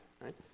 right